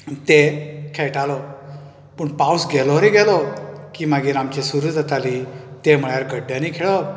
ते खेळटालो पूण पावस गेलो रे गेलो की मागीर आमची सुरू जाताली ते म्हण्यार गड्ड्यांनी खेळप